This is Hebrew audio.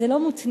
זה לא מותנה.